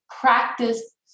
practice